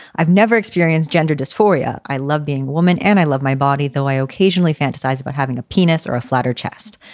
i've never experienced gender dysphoria. i love being woman and i love my body. though i occasionally fantasize about having a penis or a flat or chest.